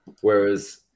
Whereas